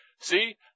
See